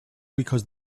because